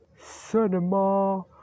Cinema